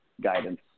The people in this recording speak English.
guidance